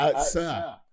sir